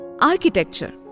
Architecture